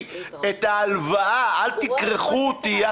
תרחיש מלא שכולנו עובדים לפיו וכולנו מתייחסים